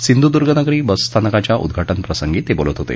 Sindhudurgnagari bus स्थानकाच्या उदघाटन प्रसंगी ते बोलत होते